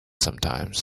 sometimes